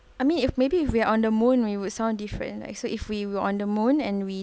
I mean if maybe if we're on the moon we would sound different like so if we were on the moon and we